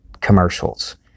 commercials